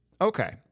Okay